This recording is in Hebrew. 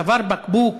צוואר בקבוק,